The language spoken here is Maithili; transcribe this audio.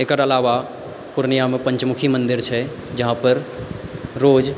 एकर अलावा पूर्णियामे पञ्चमुखी मन्दिर छै जहाँपर रोज